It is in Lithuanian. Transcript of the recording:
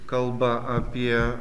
kalba apie